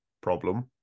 problem